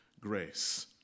grace